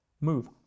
Move